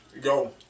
Go